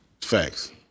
facts